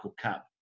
cap